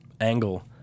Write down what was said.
angle